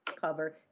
cover